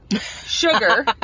sugar